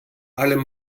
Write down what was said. allem